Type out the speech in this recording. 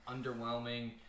underwhelming